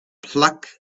pluck